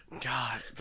God